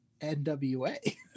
NWA